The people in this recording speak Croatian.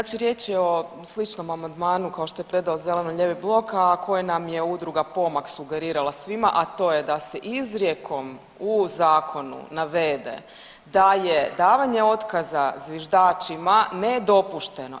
Znači riječ je sličnom amandmanu kao što je predao zeleni-lijevi blok, a koji nam je Udruga Pomak sugerirala svima, a to je da se izrijekom u zakonu navede da je davanje otkaza zviždačima nedopušteno.